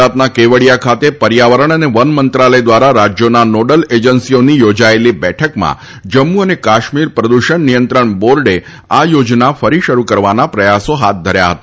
ગુજરાતના કેવડીયા ખાતે પર્યાવરણ અને વન મંત્રાલય દ્વારા રાજ્યોના નોડલ એજન્સીઓની યોજાયેલી બેઠકમાં જમ્મુ અને કાશ્મીર પ્રદૂષણ નિયંત્રણ બોર્ડે આ યોજના ફરી શરૂ કરવાના પ્રયાસો હાથ ધર્યા હતા